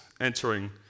entering